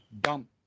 dump